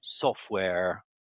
software